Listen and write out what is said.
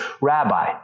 rabbi